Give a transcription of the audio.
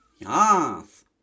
yes